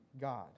God